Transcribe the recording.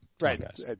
Right